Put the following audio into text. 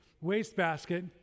wastebasket